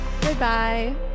goodbye